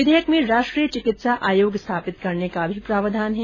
विधेयक में राष्ट्रीय चिकित्सा आयोग स्थापित करने का प्रावधान है